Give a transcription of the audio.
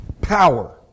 Power